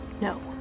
No